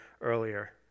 earlier